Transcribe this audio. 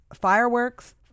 fireworks